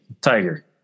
tiger